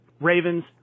Ravens